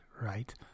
right